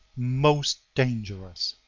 most dangerous.